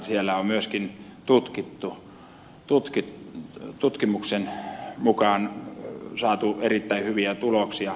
siellä on tutkimuksen mukaan saatu myöskin erittäin hyviä tuloksia